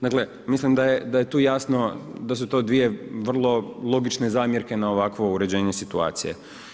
Dakle mislim da je tu jasno da su to vrlo logične zamjerke na ovakvo uređenje situacije.